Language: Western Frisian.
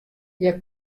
hja